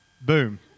Boom